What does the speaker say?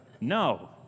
No